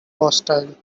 hostile